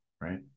right